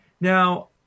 Now